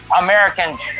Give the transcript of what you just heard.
Americans